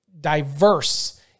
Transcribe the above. diverse